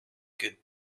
good